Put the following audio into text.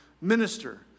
minister